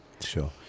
sure